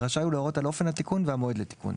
ורשאי הוא להורות על אופן התיקון והמועד לתיקון,